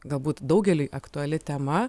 galbūt daugeliui aktuali tema